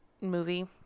movie